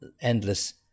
endless